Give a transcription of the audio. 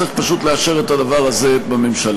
צריך פשוט לאשר את הדבר הזה בממשלה.